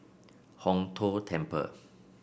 Hong Tho Temple